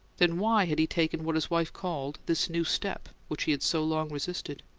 then why had he taken what his wife called this new step, which he had so long resisted?